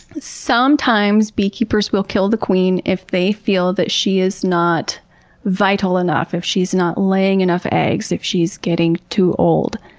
sometimes beekeepers will kill the queen if they feel that she is not vital enough. if she's not laying enough eggs, if she's getting too old,